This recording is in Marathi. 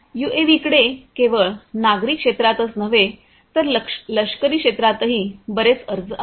यूएव्हीकडे केवळ नागरी क्षेत्रातच नव्हे तर लष्करी क्षेत्रातही बरेच अर्ज आहेत